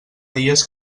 dies